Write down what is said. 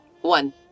One